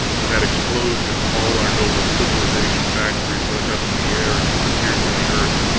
in that explosion all our noble civilization-factories went up in the air and disappeared from the earth.